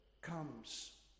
comes